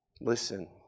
listen